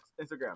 Instagram